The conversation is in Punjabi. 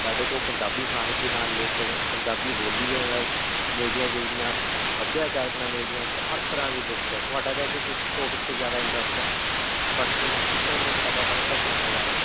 ਸਾਡੇ ਕੋਲ ਪੰਜਾਬੀ ਸਾਹਿਤ ਦੇ ਨਾਲ ਰਿਲੇਟਿਡ ਪੰਜਾਬੀ ਬੋਲੀ ਦੇ ਨਾਲ ਮਿਲਦੀਆਂ ਜੁਲਦੀਆਂ ਸੱਭਿਆਚਾਰਕ ਨਾਲ ਮਿਲਦੀਆਂ ਬਹ ਹਰ ਤਰ੍ਹਾਂ ਦੀ ਬੁੱਕਸ ਹੈ ਤੁਹਾਡਾ ਵੈਸੇ ਕਿਸ ਟੋਪਿਕ 'ਤੇ ਜ਼ਿਆਦਾ ਇੰਨਟਰਸਟ ਹੈ ਥੋਹਾ ਤੁਹਾਨੂੰ ਕਿਸ ਤਰ੍ਹਾਂ ਦੀਆਂ ਕਿਤਾਬਾਂ ਪੜ੍ਹਨ ਦਾ ਸ਼ੌਕ ਹੈ ਜ਼ਿਆਦਾ